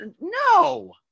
No